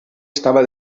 estava